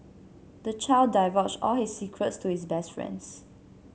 the child divulged all his secrets to his best friends